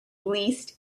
least